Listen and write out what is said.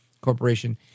Corporation